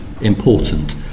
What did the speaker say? important